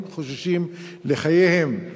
הם חוששים לחייהם.